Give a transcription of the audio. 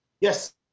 Yes